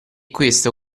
questo